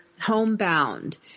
homebound